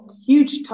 huge